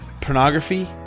pornography